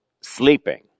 sleeping